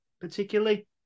particularly